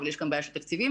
אבל כאן בעיה של תקציבים